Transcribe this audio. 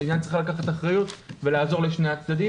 המדינה צריכה לקחת אחריות ולעזור לשני הצדדים.